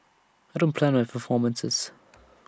I don't plan my performances